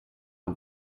een